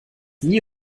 nie